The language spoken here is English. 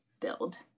build